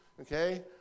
Okay